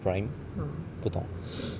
Prime 不懂